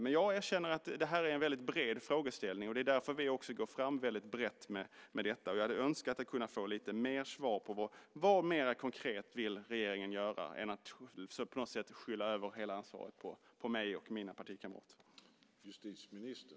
Men jag erkänner att det här är en väldigt bred frågeställning. Det är därför vi också går fram väldigt brett med detta. Jag hade önskat att kunna få lite mer svar på vad regeringen mer konkret vill göra annat än att på något sätt föra över hela ansvaret på mig och mina partikamrater.